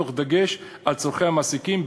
תוך דגש על צורכי המעסיקים,